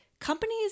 companies